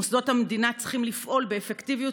מוסדות המדינה צריכים לפעול באפקטיביות